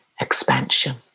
expansion